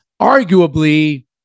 arguably